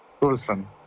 Listen